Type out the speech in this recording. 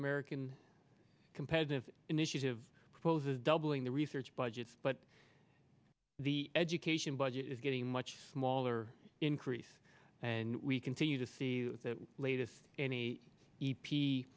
american competitive initiative proposes doubling the research budgets but the education budget is getting much smaller increase and we continue to see the latest any e